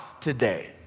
today